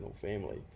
family